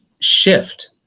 shift